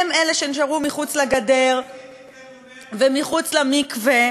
הם אלה שנשארו מחוץ לגדר ומחוץ למקווה